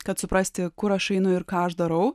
kad suprasti kur aš einu ir ką aš darau